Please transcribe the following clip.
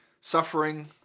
Suffering